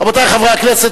רבותי חברי הכנסת,